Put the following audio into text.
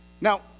Now